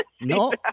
No